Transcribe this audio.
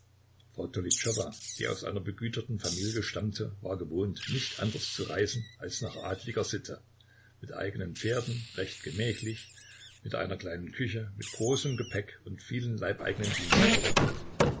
die aus einer begüterten familie stammte war gewohnt nicht anders zu reisen als nach adliger sitte mit eigenen pferden recht gemächlich mit einer kleinen küche mit großem gepäck und vielen leibeigenen dienstboten